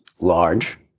large